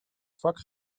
vak